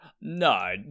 No